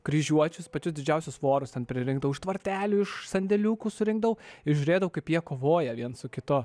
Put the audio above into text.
kryžiuočius pačius didžiausius vorus ten pririnkdavau už tvartelio iš sandėliukų surinkdavau ir žiūrėdavau kaip jie kovoja viens su kitu